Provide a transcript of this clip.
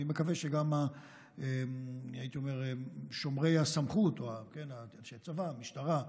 אני מקווה שגם בעלי הסמכות, אנשי הצבא, המשטרה,